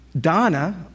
Donna